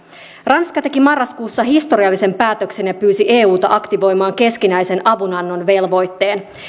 ranska teki marraskuussa historiallisen päätöksen ja pyysi euta aktivoimaan keskinäisen avunannon velvoitteen